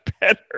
better